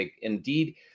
Indeed